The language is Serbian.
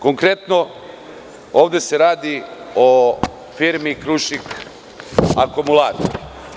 Konkretno, ovde se radi o firmi „Krušik akumulatori“